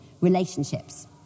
relationships